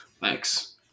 Thanks